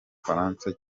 bufaransa